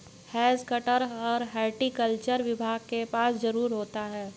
has cutter horticulture विभाग के पास जरूर होता है